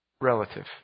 relative